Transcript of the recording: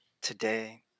Today